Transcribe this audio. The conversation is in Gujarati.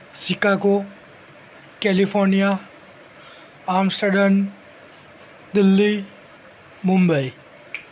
Chicago California Amsterdam Delhi Mumbai